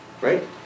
Right